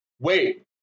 Wait